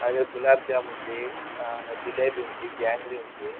అది గులాబ్ జామూన్ ఉంది ఆ జిలేబి ఉంది జాంగ్రీ ఉంది